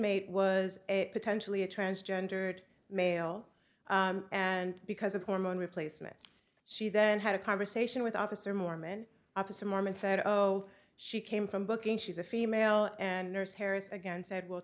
inmate was a potentially a transgendered male and because of hormone replacement she then had a conversation with officer mormon opposite mormon said oh she came from booking she's a female and nurse harris again said well